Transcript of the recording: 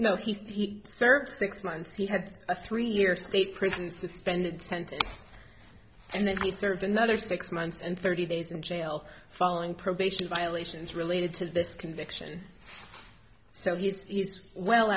no he served six months he had a three year state prison suspended sentence and then he served another six months and thirty days in jail following probation violations related to this conviction so he's